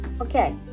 okay